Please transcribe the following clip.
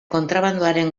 kontrabandoaren